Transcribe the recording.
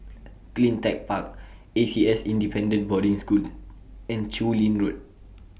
CleanTech Park A C S Independent Boarding School and Chu Lin Road